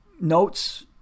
notes